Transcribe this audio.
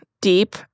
deep